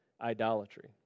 idolatry